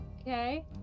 Okay